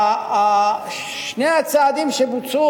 שני הצעדים שבוצעו,